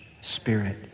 spirit